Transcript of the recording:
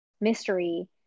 mystery